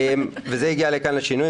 וזה הגיע לכאן לשינויים,